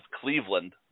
Cleveland